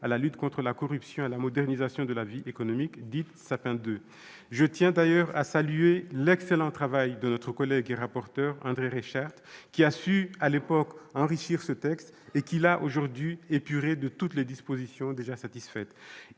à la lutte contre la corruption et à la modernisation de la vie économique, dite loi Sapin II. Je tiens d'ailleurs à saluer l'excellent travail de notre rapporteur, André Reichardt, qui a su, à l'époque, enrichir ce texte et qui l'a, aujourd'hui, épuré de toutes les dispositions satisfaites.